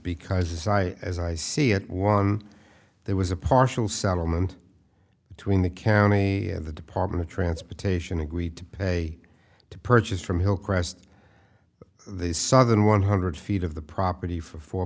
because this i as i see it one there was a partial settlement between the county and the department of transportation agreed to pay to purchase from hillcrest the southern one hundred feet of the property for four